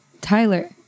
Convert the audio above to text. Tyler